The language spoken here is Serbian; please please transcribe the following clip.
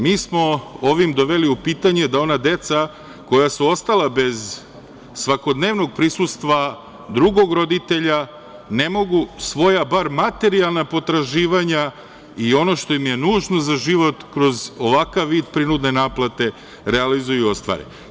Mi smo ovim doveli u pitanje da ona deca koja su ostala bez svakodnevnog prisustva drugog roditelja ne mogu svoja bar materijalna potraživanja i ono što im je nužno za život kroz ovakav vid prinudne naplate realizuju i ostvare.